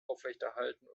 aufrechterhalten